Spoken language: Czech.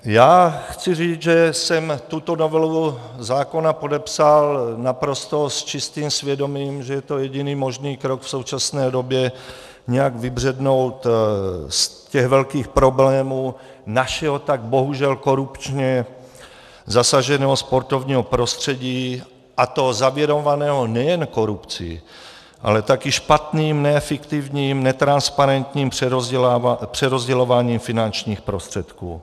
Já chci říct, že jsem tuto novelu zákona podepsal s naprosto čistým svědomím, že je to jediný možný krok v současné době nějak vybřednout z těch velkých problémů našeho tak bohužel korupčně zasaženého sportovního prostředí, a to zavirovaného nejen korupcí, ale taky špatným, neefektivním, netransparentním přerozdělováním finančních prostředků.